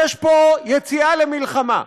יש פה יציאה למלחמה.